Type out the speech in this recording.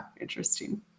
Interesting